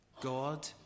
God